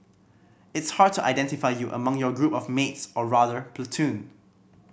it's hard to identify you among your group of mates or rather platoon